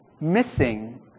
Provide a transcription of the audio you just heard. missing